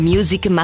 Music